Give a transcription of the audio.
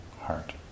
heart